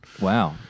Wow